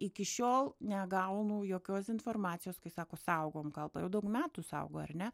iki šiol negaunu jokios informacijos kai sako saugom kalbą jau daug metų saugo ar ne